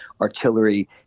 artillery